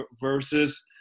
versus